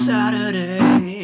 Saturday